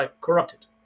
corrupted